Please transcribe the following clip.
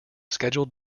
scheduled